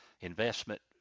investment